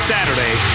Saturday